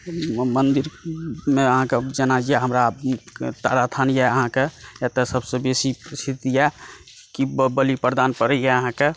मन्दिरमे जेनाकि हमरा तारास्थान यऽ अहाँकेँ एतऽ सभसँ बेसी प्रसिद्ध यऽ कि बलि प्रदान पड़ैए अहाँकेँ